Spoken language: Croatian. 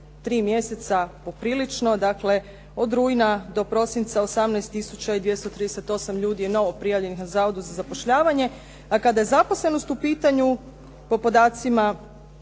mjeseca poprilično. Dakle, od rujna do prosinca 18 238 ljudi je novoprijavljenih na zavodu za zapošljavanje, a kada je zaposlenost u pitanju, po podacima,